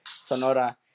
Sonora